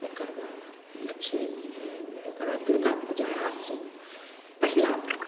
ओकर बाद लक्ष्मी ओकर बाद दुरगा पूजा आसिन पहिला दिन